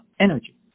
energy